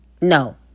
No